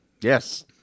Yes